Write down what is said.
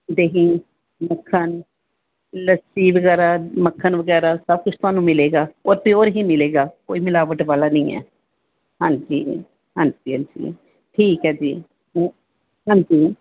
ਦਹੀਂ ਮੱਖਣ ਲੱਸੀ ਵਗੈਰਾ ਮੱਖਣ ਵਗੈਰਾ ਸਭ ਕੁਛ ਤੁਹਾਨੂੰ ਮਿਲੇਗਾ ਔਰ ਪਿਓਰ ਹੀ ਮਿਲੇਗਾ ਕੋਈ ਮਿਲਾਵਟ ਵਾਲਾ ਨਹੀਂ ਹੈ ਹਾਂਜੀ ਹਾਂਜੀ ਹਾਂਜੀ ਠੀਕ ਹੈ ਜੀ ਹਾਂਜੀ